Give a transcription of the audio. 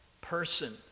person